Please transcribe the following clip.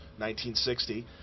1960